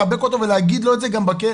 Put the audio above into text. לחבק אותו ולהגיד לו את זה גם בכלא.